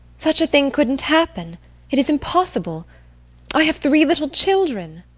such a thing couldn't happen it is impossible i have three little children.